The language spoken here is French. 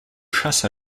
chasse